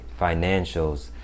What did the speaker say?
financials